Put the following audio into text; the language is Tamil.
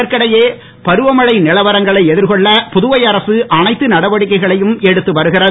இதற்கிடையே பருவமழை நிலவரங்களை எதிர்கொள்ள புதுவை அரசு அனைத்து நடவடிக்கைகளையும் எடுத்து வருகிறது